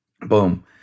Boom